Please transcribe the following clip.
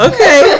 Okay